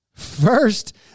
First